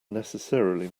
necessarily